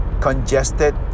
congested